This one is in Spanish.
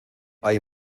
hay